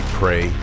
pray